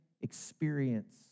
experience